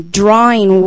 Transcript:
drawing